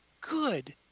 good